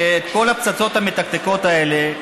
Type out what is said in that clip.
כל הפצצות המתקתקות האלה,